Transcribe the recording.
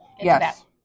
Yes